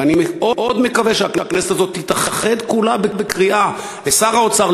אני מאוד מקווה שהכנסת הזאת תתאחד כולה בקריאה לשר האוצר,